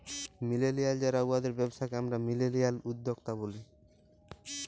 millennial যারা উয়াদের ব্যবসাকে আমরা মিলেলিয়াল উদ্যক্তা ব্যলি